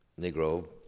Negro